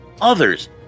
others